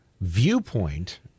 viewpoint